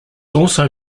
also